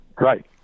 right